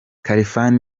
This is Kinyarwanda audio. khalfan